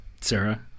Sarah